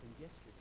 yesterday